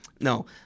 No